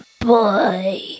boy